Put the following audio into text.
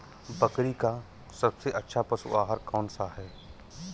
बकरी का सबसे अच्छा पशु आहार कौन सा है?